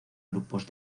grupos